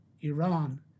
Iran